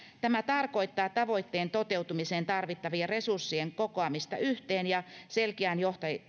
tämä tarkoittaa tavoitteen toteutumiseen tarvittavien resurssien kokoamista yhteen ja selkeän